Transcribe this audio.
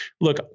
look